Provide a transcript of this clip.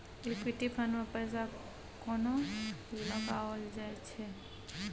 Equity fund मे पैसा कोना लगाओल जाय छै?